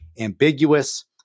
ambiguous